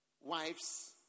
wives